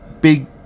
big